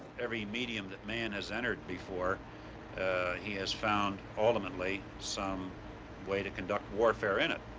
every medium that man has entered before he has found ultimately some way to conduct warfare in it.